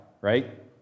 right